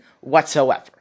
whatsoever